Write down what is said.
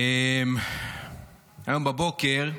היום בבוקר,